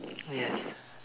yes